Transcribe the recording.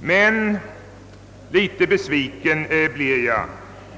Något besviken blir jag dock